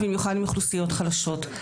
במיוחד לאוכלוסיות חלשות.